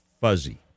fuzzy